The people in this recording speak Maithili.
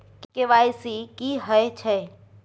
के.वाई.सी की हय छै?